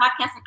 podcast